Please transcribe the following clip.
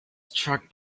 struck